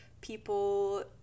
people